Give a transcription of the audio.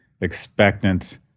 expectant